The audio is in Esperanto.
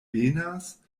venas